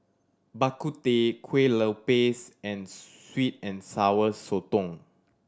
Bak Kut Teh kue lupis and sweet and Sour Sotong